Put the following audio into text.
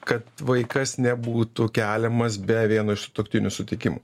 kad vaikas nebūtų keliamas be vieno iš sutuoktinių sutikimų